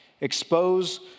Expose